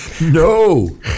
No